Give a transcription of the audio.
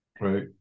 Right